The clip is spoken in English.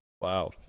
Wow